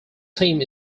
team